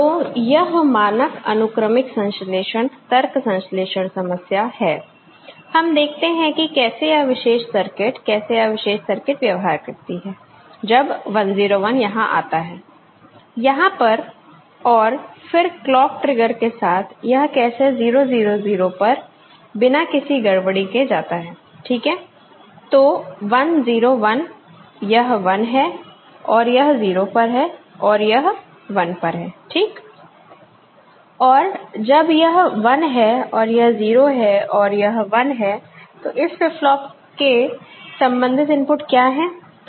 तो यह मानक अनुक्रमिक संश्लेषण तर्क संश्लेषण समस्या है हम देखते हैं कि कैसे यह विशेष सर्किट कैसे यह विशेष सर्किट व्यवहार करती है जब 1 0 1 यहां आता है यहां पर और फिर क्लॉक ट्रिगर के साथ यह कैसे 0 0 0 पर बिना किसी गड़बड़ी के जाता है ठीक है तो 1 0 1 यह 1 है और यह 0 पर है और यह 1 पर है ठीक और जब यह 1 है और यह 0 है और यह 1 है तो इस फ्लिप फ्लॉप के संबंधित इनपुट क्या हैं